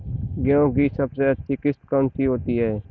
गेहूँ की सबसे अच्छी किश्त कौन सी होती है?